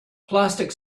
plastic